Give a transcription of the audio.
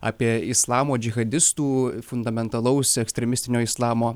apie islamo džihadistų fundamentalaus ekstremistinio islamo